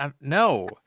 no